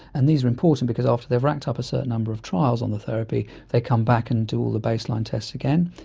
and these are important because after they have racked up a certain number of trials on the therapy they come back and do all the baseline tests again,